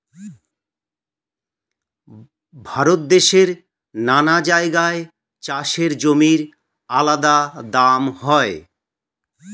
ভারত দেশের নানা জায়গায় চাষের জমির আলাদা দাম হয়